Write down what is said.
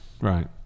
Right